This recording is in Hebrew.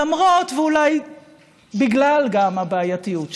למרות ואולי גם בגלל הבעייתיות שלהם.